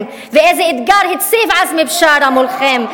ואיזה אתגר הציב עזמי בשארה מולכם.